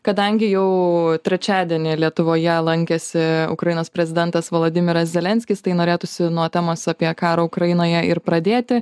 kadangi jau trečiadienį lietuvoje lankėsi ukrainos prezidentas volodimiras zelenskis tai norėtųsi nuo temos apie karą ukrainoje ir pradėti